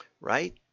right